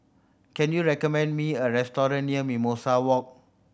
can you recommend me a restaurant near Mimosa Walk